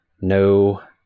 no